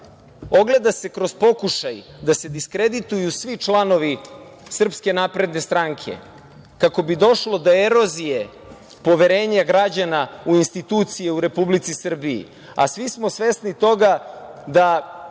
ogleda se kroz pokušaj da se diskredituju svi članovi SNS, kako bi došlo do erozije poverenja građana u institucije u Republici Srbiji. Svi smo svesni toga da